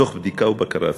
תוך בדיקה ובקרה עצמית.